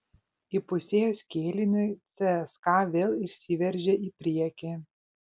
įpusėjus kėliniui cska vėl išsiveržė į priekį